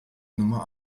nummer